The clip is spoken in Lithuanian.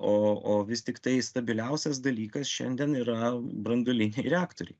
o o vis tiktai stabiliausias dalykas šiandien yra branduoliniai reaktoriai